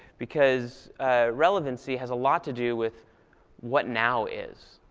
because relevancy has a lot to do with what now is.